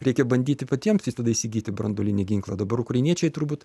reikia bandyti patiems tada įsigyti branduolinį ginklą dabar ukrainiečiai turbūt